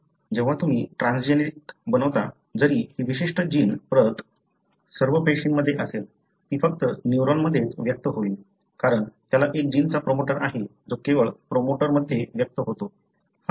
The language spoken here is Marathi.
जेव्हा तुम्ही ट्रान्सजेनिक बनवता जरी ही विशिष्ट जीन प्रत सर्व पेशींमध्ये असेल ती फक्त न्यूरॉनमध्येच व्यक्त होईल कारण त्याला एका जिनचा प्रोमोटर आहे जो केवळ प्रोमोटरमध्ये व्यक्त होतो